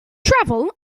travel